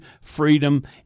freedom